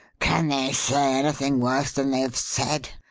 can they say anything worse than they have said?